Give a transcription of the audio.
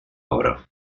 obra